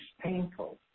painful